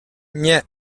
nie